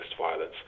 violence